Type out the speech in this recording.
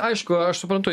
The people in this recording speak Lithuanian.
aišku aš suprantu